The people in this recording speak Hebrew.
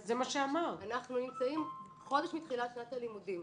אנחנו נמצאים חודש מתחילת שנת הלימודים,